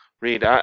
read